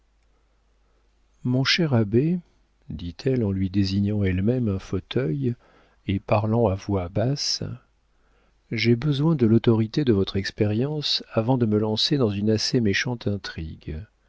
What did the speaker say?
mon cher abbé dit-elle en lui désignant elle-même un fauteuil et parlant à voix basse j'ai besoin de l'autorité de votre expérience avant de me lancer dans une assez méchante intrigue